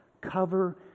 cover